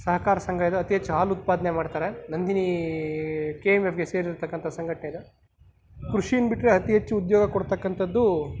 ಸಹಕಾರ ಸಂಘ ಇದು ಅತಿ ಹೆಚ್ಚು ಹಾಲು ಉತ್ಪಾದನೆ ಮಾಡ್ತಾರೆ ನಂದಿನಿ ಕೆ ಎಮ್ ಎಫ್ಗೆ ಸೇರಿರತಕ್ಕಂಥ ಸಂಘಟನೆ ಇದು ಕೃಷೀನ ಬಿಟ್ಟರೆ ಅತಿ ಹೆಚ್ಚು ಉದ್ಯೋಗ ಕೊಡತಕ್ಕಂಥದ್ದು